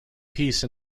peace